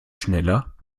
schneller